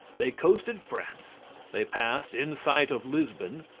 they coasted france they passed in sight of lisbon,